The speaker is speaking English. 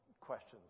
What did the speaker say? questions